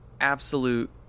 absolute